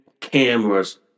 cameras